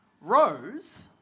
Rose